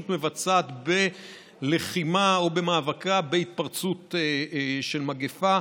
מבצעת בלחימה או במאבק בהתפרצות של מגפה.